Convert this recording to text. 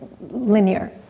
linear